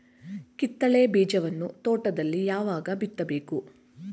ಕಿತ್ತಳೆ ಬೀಜವನ್ನು ತೋಟದಲ್ಲಿ ಯಾವಾಗ ಬಿತ್ತಬೇಕು?